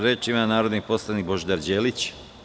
Reč ima narodni poslanik Božidar Đelić.